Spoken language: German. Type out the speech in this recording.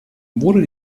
wurde